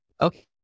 Okay